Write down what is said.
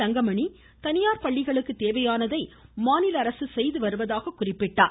தங்கமணி தனியார் பள்ளிகளுக்கு தேவையானதை மாநில அரசு செய்து வருவதாக குறிப்பிட்டார்